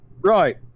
right